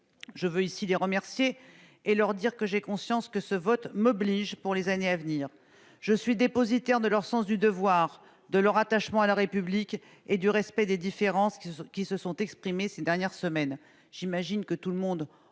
Je veux ici les remercier et leur dire que j'ai conscience que ce vote m'oblige pour les années à venir. « Je suis dépositaire de leur sens du devoir, de leur attachement à la République et du respect des différences qui se sont exprimées ces dernières semaines. » J'imagine que tout le monde